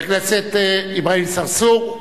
חבר הכנסת אברהים צרצור,